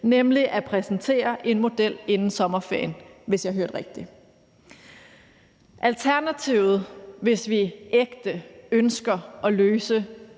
nemlig at præsentere en model inden sommerferien, hvis jeg hørte rigtigt. Alternativet, hvis vi ægte ønsker at løse